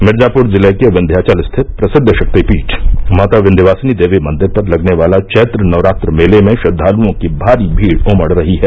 मिर्जापुर जिले के विस्थ्याचल स्थित प्रसिद्व शक्तिपीठ माता विस्थ्यवासिनी देवी मंदिर पर लगने वाले चैत्र नवरात्र मेले में श्रद्वालुओं की भारी भीड़ उमड़ रही है